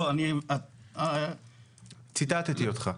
ציטטתי אותך.